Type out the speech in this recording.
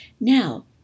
Now